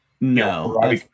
No